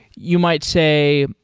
you might say,